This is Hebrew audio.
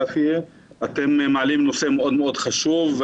אתם מעלים נושא מאוד חשוב.